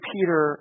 Peter